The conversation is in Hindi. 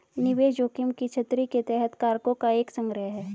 निवेश जोखिम की छतरी के तहत कारकों का एक संग्रह है